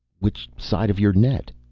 which side of your net?